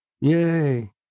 yay